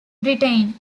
britain